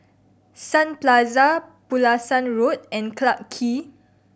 Sun Plaza Pulasan Road and Clarke Quay